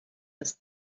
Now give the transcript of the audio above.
das